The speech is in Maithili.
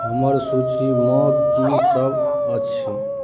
हमर सूचीमे किसब अछि